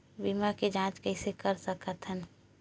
बीमा के जांच कइसे कर सकत हन?